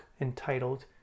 entitled